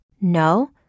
No